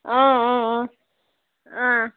آ آ آ